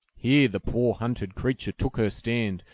here the poor hunted creature took her stand,